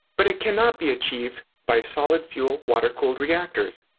but it can not be achieved by solid-fuel, water cooled reactors.